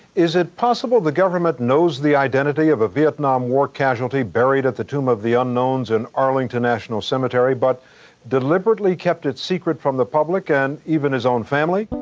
is it possible the government knows the identity of a vietnam war casualty buried at the tomb of the unknowns in arlington national cemetery but deliberately kept it secret from the public and even his own family?